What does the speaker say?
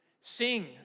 sing